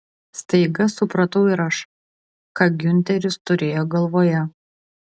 staiga supratau ir aš ką giunteris turėjo galvoje